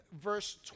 verse